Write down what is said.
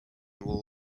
wall